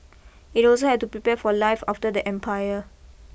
it also had to prepare for life after the empire